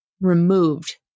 removed